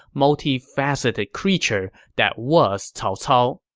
multi-faceted creature that was cao cao.